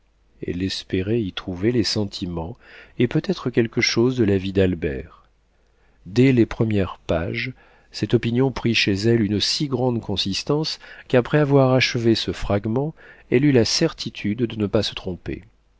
elle espérait y trouver les sentiments et peut-être quelque chose de la vie d'albert dès les premières pages cette opinion prit chez elle une si grande consistance qu'après avoir achevé ce fragment elle eut la certitude de ne pas se tromper